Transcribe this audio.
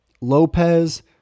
Lopez